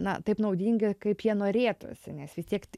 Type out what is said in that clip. na taip naudingi kaip jie norėtųsi nes vis tiek